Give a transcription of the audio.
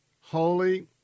holy